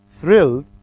thrilled